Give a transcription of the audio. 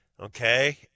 Okay